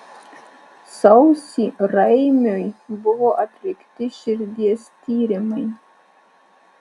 sausį raimiui buvo atlikti širdies tyrimai